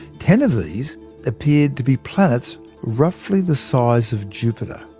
ten of these appeared to be planets roughly the size of jupiter.